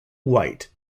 white